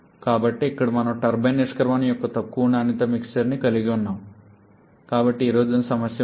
కాబట్టి మళ్లీ ఇక్కడ మనము టర్బైన్ నిష్క్రమణ యొక్క తక్కువ నాణ్యత మిక్సర్ని కలిగి ఉన్నాము కాబట్టి ఎరోషన్ సమస్య ఉంటుంది